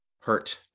hurt